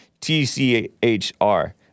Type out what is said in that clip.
T-C-H-R